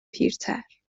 پیرتر